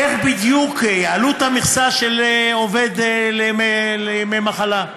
איך בדיוק יעלו את המכסה של ימי מחלה לעובד?